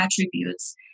attributes